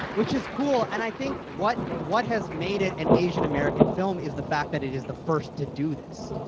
which is cool. and i think what what has made it an asian-american film is the fact that it is the first to do this,